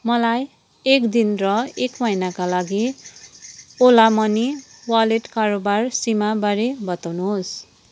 मलाई एक दिन र एक महिनाका लागि ओला मनी वालेट कारोबार सीमाबारे बताउनुहोस्